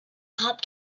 cop